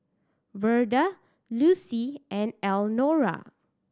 Verda Lucy and Elnora